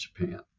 Japan